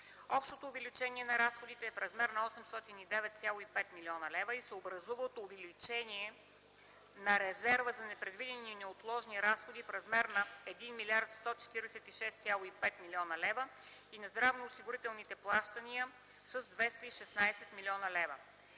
Общото увеличение на разходите е в размер на 809,5 млн. лв. и се образува от увеличение на резерва за непредвидени и неотложни разходи с 1 млрд. 146,5 млн. лв. и на здравноосигурителните плащания с 216 млн. лв.,